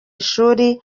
ishuri